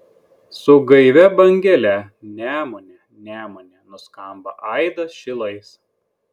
su gaivia bangele nemune nemune nuskamba aidas šilais